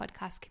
podcast